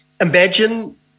imagine